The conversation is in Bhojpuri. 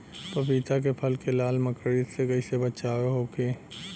पपीता के फल के लाल मकड़ी से कइसे बचाव होखि?